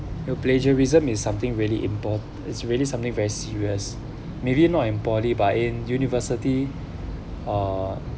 plagiarism is something really import is really something very serious maybe not in poly but in university uh